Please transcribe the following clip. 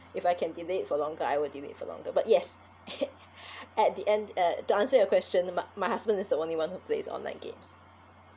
if I can delay it for longer I would delay it for longer but yes at the end uh to answer your question my my husband is the only one who plays online games